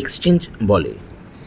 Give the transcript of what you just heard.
exchange বলে